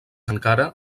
encara